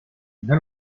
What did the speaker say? una